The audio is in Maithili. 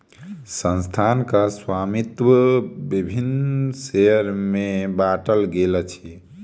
संस्थानक स्वामित्व विभिन्न शेयर में बाटल गेल अछि